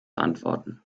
antworten